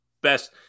best